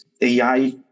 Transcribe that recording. AI